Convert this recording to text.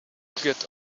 get